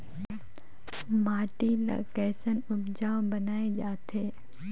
माटी ला कैसन उपजाऊ बनाय जाथे?